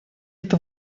это